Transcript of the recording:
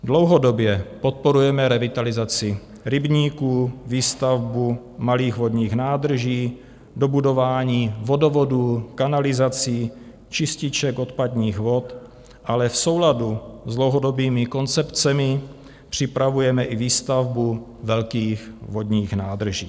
Dlouhodobě podporujeme revitalizaci rybníků, výstavbu malých vodních nádrží, dobudování vodovodů, kanalizací, čističek odpadních vod, ale v souladu s dlouhodobými koncepcemi připravujeme i výstavbu velkých vodních nádrží.